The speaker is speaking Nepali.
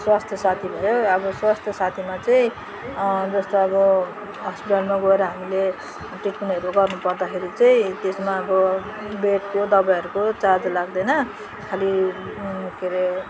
स्वास्थ्य साथी भयो अब स्वास्थ्य साथीमा चाहिँ जस्तो अब हस्पिटलमा गएर हामीले ट्रिटमेन्टहरू गर्नु पर्दाखेरि त्यसमा अब बेडको दबाईहरूको चार्ज लाग्दैन खालि के अरे